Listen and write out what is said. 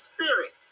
Spirit